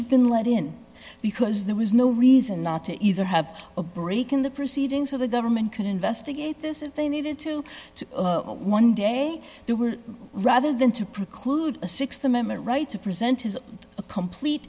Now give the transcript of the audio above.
have been let in because there was no reason not to either have a break in the proceedings or the government could investigate this if they needed to one day there were rather than to preclude a th amendment right to present is a complete